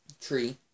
tree